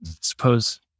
suppose